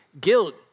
guilt